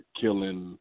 killing